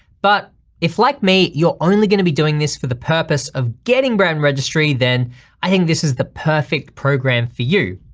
but if like me you're only gonna be doing this for the purpose of getting brand registry then i think this is the perfect program program for you.